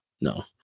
no